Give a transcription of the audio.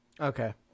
Okay